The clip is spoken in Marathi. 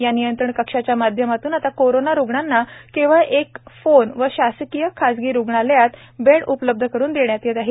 या नियंत्रण कक्षाचा माध्यमातून आता कोरोना रुग्णांना केवळ एका फोनवर शासकीय खाजगी रुग्णालयात बेड उपलब्ध करून देण्यात येत आहे